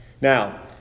Now